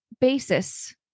basis